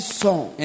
song